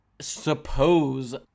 suppose